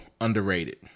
underrated